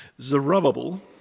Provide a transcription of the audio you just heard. Zerubbabel